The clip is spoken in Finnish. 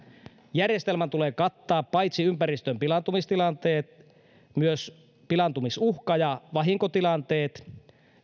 järjestelmän tulee kattaa paitsi ympäristön pilaantumistilanteet myös pilaantumisuhka ja vahinkotilanteet